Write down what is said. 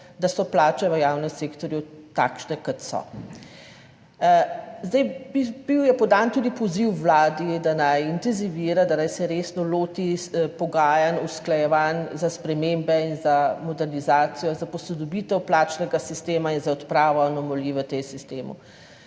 da so plače v javnem sektorju takšne, kot so. Bil je podan tudi poziv vladi, da naj intenzivira, da naj se resno loti pogajanj, usklajevanj za spremembe in za modernizacijo, za posodobitev plačnega sistema in za odpravo anomalij v tem sistemu.